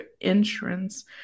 insurance